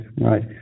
right